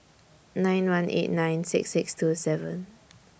nine one eight nine six six two seven